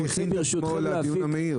הוא הכין את עצמו לדיון המהיר